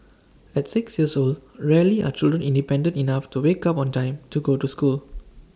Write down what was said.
at six years old rarely are children independent enough to wake up on time to go to school